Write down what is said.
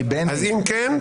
אם כן,